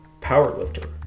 powerlifter